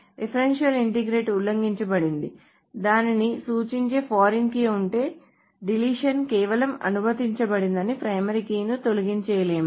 referential integrity ఉల్లంఘించబడింది దానిని సూచించే ఫారిన్ కీ ఉంటే డిలీషన్ కేవలం అనుమతించబడదని ప్రైమరీ కీ ని తొలగించలేము